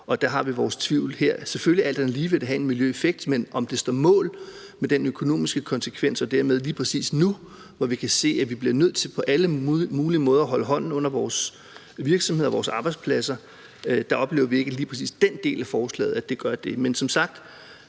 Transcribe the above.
og her har vi vores tvivl. Selvfølgelig vil det alt andet lige have en miljøeffekt, men at stå mål med den økonomiske konsekvens og dermed også lige præcis nu, hvor vi kan se, at vi på alle mulige måder bliver nødt til at holde hånden under vores virksomheder og vores arbejdspladser, oplever vi ikke at lige præcis den del af forslaget gør.